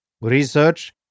Research